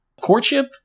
courtship